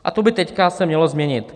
A to by teď se mělo změnit.